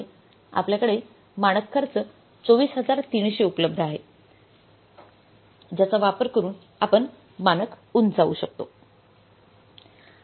आपल्याकडे मानक खर्च २४३०० उपलुब्ध आहे जायचा वापर करून आपण मानक उंचावू शकतो